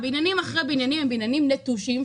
בניינים אחרי בניינים הם בניינים נטושים,